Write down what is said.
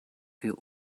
für